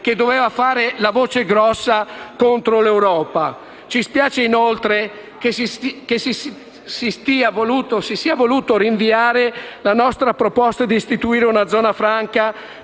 che doveva fare la voce grossa contro l'Europa. Ci spiace, inoltre, che si sia voluta rinviare la nostra proposta di istituire una zona franca